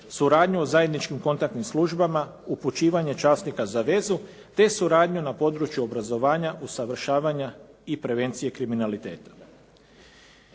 suradnju o zajedničkim kontaktnim službama, upućivanje časnika za vezu te suradnju na području obrazovanja usavršavanja i prevencije kriminaliteta.